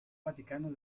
vaticano